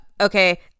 okay